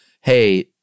hey